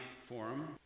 Forum